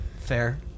fair